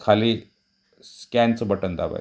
खाली स्कॅनचं बटण दाबायचं